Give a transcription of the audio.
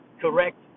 correct